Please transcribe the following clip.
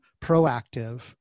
proactive